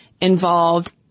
involved